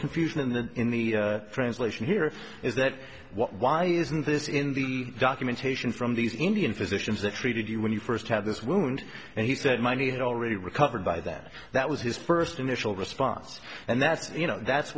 confusion in the in the translation here is that why isn't this in the documentation from these indian physicians that treated you when you first had this wound and he said my knee had already recovered by that that was his first initial response and that's you know that's